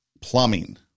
plumbing